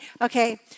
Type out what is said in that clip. Okay